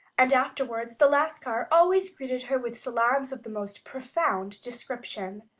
and afterward the lascar always greeted her with salaams of the most profound description.